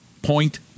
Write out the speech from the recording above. Point